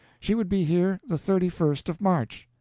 she would be here the thirty first of march.